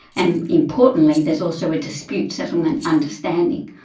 and importantly there is also a dispute settlement understanding,